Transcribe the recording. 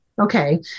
okay